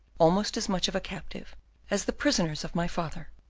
almost as much of a captive as the prisoners of my father.